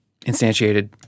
instantiated